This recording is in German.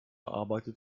arbeitet